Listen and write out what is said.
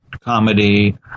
comedy